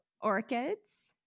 Orchids